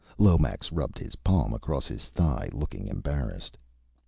lomax rubbed his palm across his thigh, looking embarrassed.